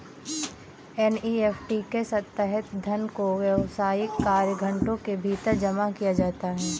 NEFT के तहत धन दो व्यावसायिक कार्य घंटों के भीतर जमा किया जाता है